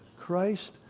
Christ